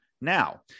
Now